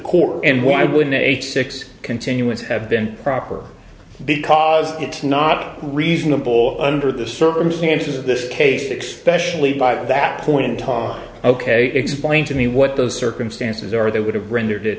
court and why would an eight six continuance have been proper because it's not reasonable under the circumstances of this case that specially by that point in time ok explain to me what those circumstances are they would have rendered it